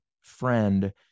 friend